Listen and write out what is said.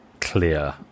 clear